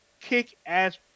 kick-ass